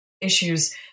issues